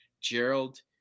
Gerald